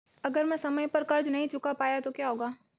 अगर मैं समय पर कर्ज़ नहीं चुका पाया तो क्या होगा?